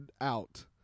out